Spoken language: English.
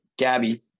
Gabby